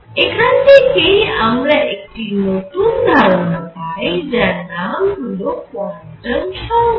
এখান থেকেই আমরা একটি নতুন ধারণা পাই যার নাম হল কোয়ান্টাম সংখ্যা